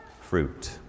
fruit